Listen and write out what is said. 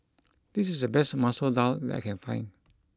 this is the best Masoor Dal that I can find